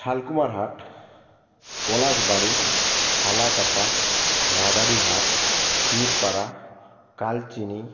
Shalkumar Hat Palashbari Falakata Madarihat Birpara Kalchini